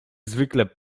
zwykle